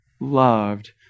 loved